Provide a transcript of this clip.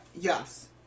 Yes